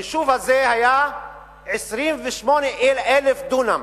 היישוב הזה היה 28,000 דונם